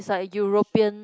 is like a European